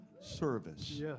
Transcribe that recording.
service